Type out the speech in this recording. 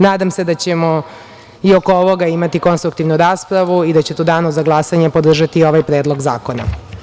Nadam se da ćemo i oko ovoga imati konstruktivnu raspravu i da ćete u danu za glasanje podržati ovaj predlog zakona.